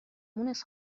مونس